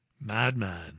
Madman